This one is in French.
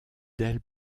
d’elles